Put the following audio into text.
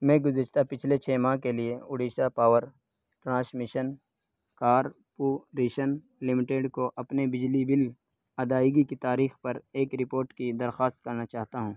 میں گزشتہ پچھلے چھ ماہ کے لیے Odisha power transmission corporation limited کو اپنے بجلی بل ادائیگی کی تاریخ پر ایک رپورٹ کی درخواست کرنا چاہتا ہوں